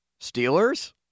Steelers